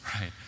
right